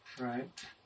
right